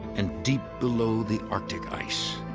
and deep below the arctic ice.